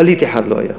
פליט אחד לא היה.